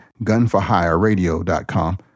gunforhireradio.com